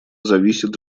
зависит